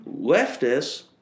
leftists